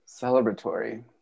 Celebratory